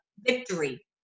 victory